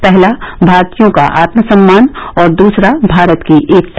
पहला भारतीयों का आत्म सम्मान और दूसरा भारत की एकता